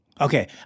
Okay